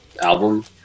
album